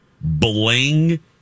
Bling